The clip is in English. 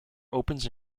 opens